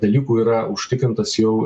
dalykų yra užtikrintas jau